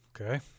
Okay